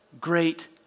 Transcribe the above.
great